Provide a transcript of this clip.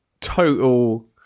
total